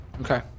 Okay